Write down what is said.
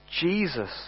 Jesus